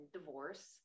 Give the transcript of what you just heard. divorce